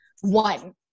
One